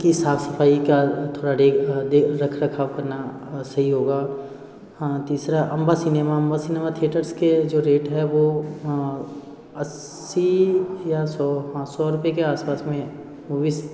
उनकी साफ़ सफ़ाई का थोड़ा डे रख रखाव करना सही होगा तीसरा Amba cinema Amba cinema theatres के जो रेट है वो अस्सी या सौ हाँ सौ रूपये के आस पास में मूवीज़